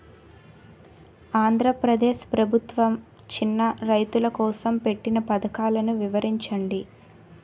ఆంధ్రప్రదేశ్ ప్రభుత్వ చిన్నా రైతుల కోసం పెట్టిన పథకాలు వివరించండి?